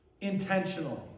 intentionally